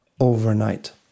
overnight